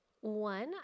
One